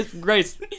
Grace